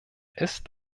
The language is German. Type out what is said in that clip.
ist